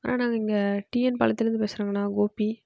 அண்ணா நாங்கள் இங்கே டிஎன் பாளையத்துலேந்து பேசுறேங்கண்ணா கோபி